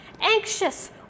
anxious